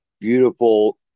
beautiful